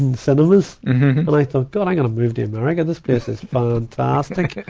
and cinemas. and i thought, god i gotta move to america. this place is fantastic.